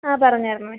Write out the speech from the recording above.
ആ പറഞ്ഞായിരുന്നു മിസ്